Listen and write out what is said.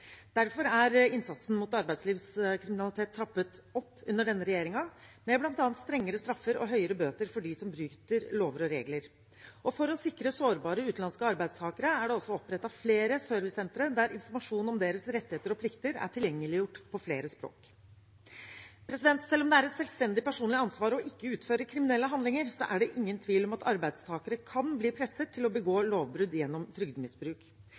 Derfor er innsatsen mot arbeidslivskriminalitet trappet opp under denne regjeringen med bl.a. strengere straffer og høyere bøter for dem som bryter lover og regler. Og for å sikre sårbare utenlandske arbeidstakere er det også opprettet flere servicesentre der informasjon om deres rettigheter og plikter er tilgjengeliggjort på flere språk. Selv om det er et selvstendig personlig ansvar å ikke utføre kriminelle handlinger, er det ingen tvil om at arbeidstakere kan bli presset til å begå lovbrudd gjennom trygdemisbruk.